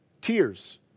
tears